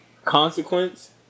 consequence